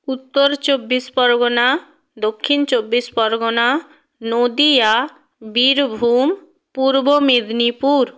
Uttar Chabbish Pargana Dakshin Chabbish Pargana Nadia Birbhum Purba Medinipur